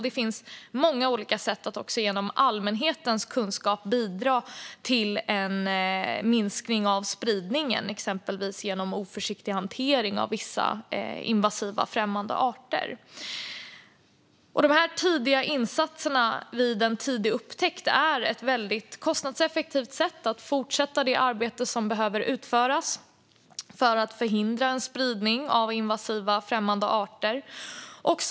Det finns också många olika sätt att genom allmänhetens kunskap bidra till en minskning av den spridning som sker genom exempelvis oförsiktig hantering av vissa invasiva främmande arter. Tidiga insatser och tidig upptäckt är ett väldigt kostnadseffektivt sätt att fortsätta det arbete som behöver utföras för att förhindra spridning av invasiva främmande arter.